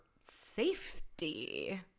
safety